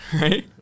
right